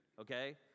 okay